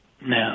No